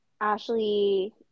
Ashley